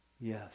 Yes